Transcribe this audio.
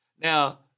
Now